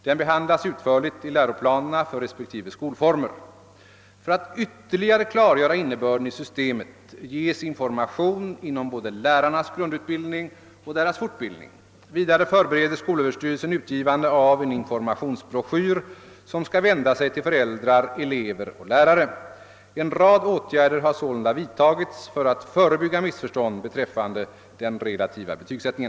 Den behandlas utförligt i läroplanerna för respektive skolformer. För att ytterligare klargöra innebörden i systemet ges information inom både lärarnas grundutbildning och deras fortbildning. Vidare förbereder skolöverstyrelsen utgivande av en informationsbroschyr som skall vända sig till föräldrar, elever och lärare. En rad åtgärder har sålunda vidtagits för att förebygga missförstånd beträffande den relativa betygsättningen.